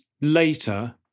later